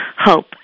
hope